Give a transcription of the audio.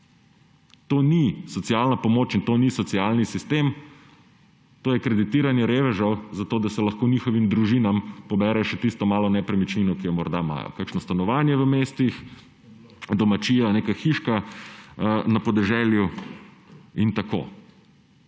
To ni socialna pomoč in to ni socialni sistem, to je kreditiranje revežev, zato da se lahko njihovim družinam pobere še tisto malo nepremičnino, ki jo morda imajo, kakšno stanovanje v mestu, domačijo, neko hiško na podeželju in tako.